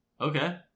Okay